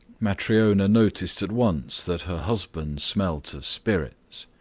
matryona noticed at once that her husband smelt of spirits.